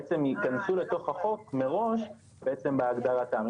בעצם ייכנסו לתוך החוק מראש בעצם בהגדרתם.